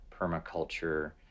permaculture